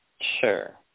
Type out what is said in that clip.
Sure